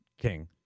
king